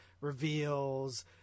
reveals